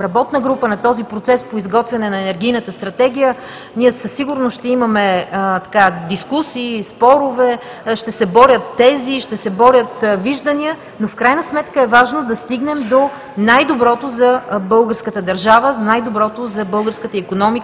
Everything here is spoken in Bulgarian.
работна група, на този процес по изготвяне на енергийната стратегия ние със сигурност ще имаме дискусии, спорове, ще се борят тези, ще се борят виждания, но в крайна сметка е важно да стигнем до най-доброто за българската държава, най-доброто за българската икономика